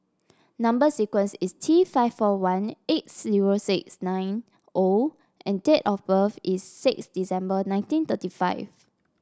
number sequence is T five four one eight zero six nine O and date of birth is six December nineteen thirty five